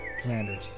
Commanders